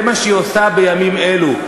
זה מה שהיא עושה בימים אלה.